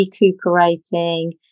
recuperating